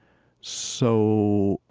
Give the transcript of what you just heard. so,